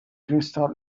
crystals